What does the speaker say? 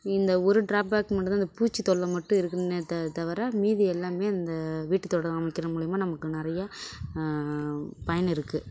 இந்த ஒரு drawback மட்டும் தான் இந்த பூச்சி தொல்லை மட்டும் இருக்குமே த தவிர மீதி எல்லாமே அந்த வீட்டு தோட்டம் அமைக்கிறது மூலயமா நமக்கு நிறைய பயன் இருக்குது